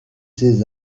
ces